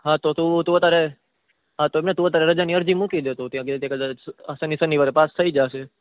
હા તો તું તું અત્યારે હા તો એમ નહીં તું અત્યારે રજાની અરજી મૂકી દે તો કદાચ આ શનિવાર પાસ થઈ જાશે